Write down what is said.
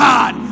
God